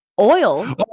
Oil